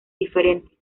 diferente